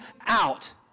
out